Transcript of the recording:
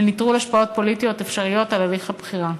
לנטרול השפעות פוליטיות אפשריות על הליך הבחירה.